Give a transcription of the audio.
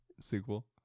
sequel